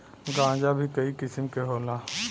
गांजा भीं कई किसिम के होला